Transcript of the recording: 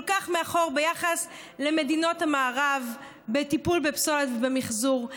כך מאחור ביחס למדינות המערב בטיפול בפסולת ובמִחזור,